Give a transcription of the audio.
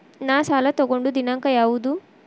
ನಾ ಸಾಲ ತಗೊಂಡು ದಿನಾಂಕ ಯಾವುದು?